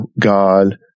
God